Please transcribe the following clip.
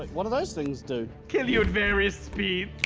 what do those things do? kill you at various speeds.